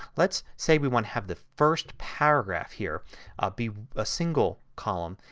let's say we want to have the first paragraph here be a single column.